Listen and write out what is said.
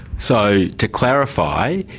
so to clarify,